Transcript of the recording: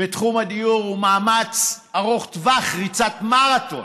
ותחום הדיור הוא מאמץ ארוך טווח, ריצת מרתון.